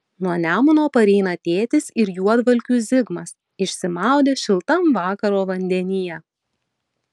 nuo nemuno pareina tėtis ir juodvalkių zigmas išsimaudę šiltam vakaro vandenyje